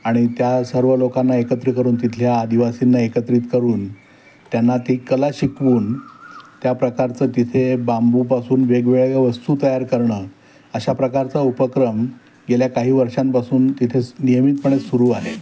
आणि त्या सर्व लोकांना एकत्र करून तिथल्या आदिवासींना एकत्रित करून त्यांना ती कला शिकवून त्या प्रकारचं तिथे बांबूपासून वेगवेगळ्या वस्तू तयार करणं अशा प्रकारचा उपक्रम गेल्या काही वर्षांपासून तिथे नियमितपणे सुरू आहे